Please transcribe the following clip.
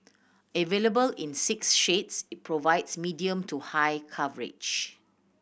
available in six shades it provides medium to high coverage